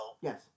Yes